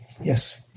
yes